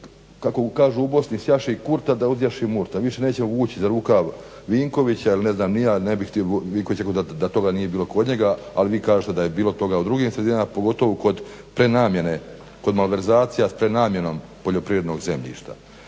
Kako kažu u Bosni "Sjaši kurta da uzjaši murta". Više neće za vući za rukav Vinkovića ili ne znam ni ja ne bih Vinković je rekao da toga nije bilo kod njega, ali vi kažete da je bilo toga u drugim sredinama pogotovo kod malverzacija sa prenamjenom poljoprivrednog zemljišta.